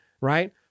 Right